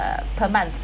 uh per month